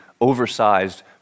oversized